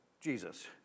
Jesus